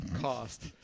cost